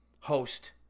Host